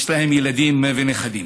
יש להם ילדים ונכדים.